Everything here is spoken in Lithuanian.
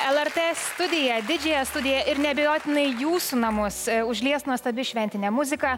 lrt studiją didžiąją studiją ir neabejotinai jūsų namus užlies nuostabi šventinė muzika